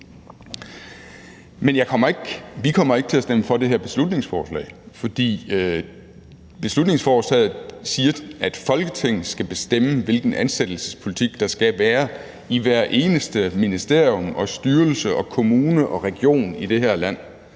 ikke, vi kommer ikke til at stemme for det her beslutningsforslag, for beslutningsforslaget siger, at Folketinget skal bestemme, hvilken ansættelsespolitik der skal være i hvert eneste ministerium og hver eneste styrelse og kommune og region i det her land.